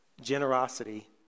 generosity